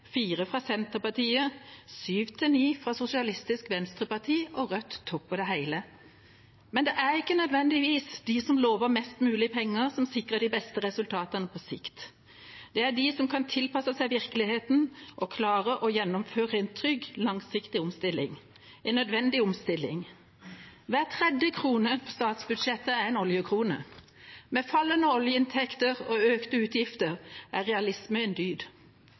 fra Senterpartiet, 7–9 mrd. kr fra Sosialistisk Venstreparti, og Rødt topper det hele. Men det er ikke nødvendigvis de som lover mest mulig penger som sikrer de beste resultatene på sikt. Det gjør de som kan tilpasse seg virkeligheten og klarer å gjennomføre en trygg, langsiktig omstilling – en nødvendig omstilling. Hver tredje krone i statsbudsjettet er en oljekrone. Med fallende oljeinntekter og økte utgifter er realisme en dyd.